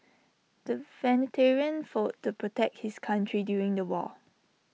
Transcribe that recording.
the fought to protect his country during the war